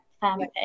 family